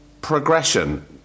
progression